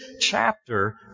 chapter